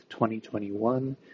2021